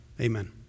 Amen